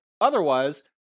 Otherwise